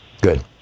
Good